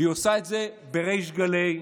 והיא עושה את זה בריש גלי,